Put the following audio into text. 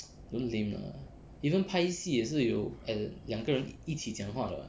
don't lame lah even 拍戏也是有 and 两个人一起讲话的 [what]